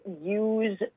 use